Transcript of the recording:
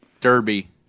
Derby